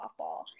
softball